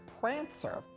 Prancer